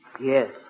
Yes